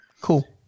Cool